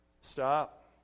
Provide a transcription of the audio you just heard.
stop